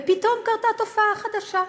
ופתאום קרתה תופעה חדשה: